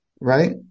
Right